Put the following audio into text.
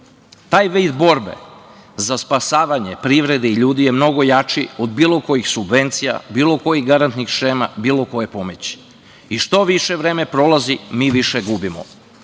vid borbe za spasavanje privrede i ljudi je mnogo jači od bilo kojih subvencija, bilo kojih garantnih šema, bilo koje pomoći. Što više vreme prolazi, mi više gubimo.